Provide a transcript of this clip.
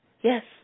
Yes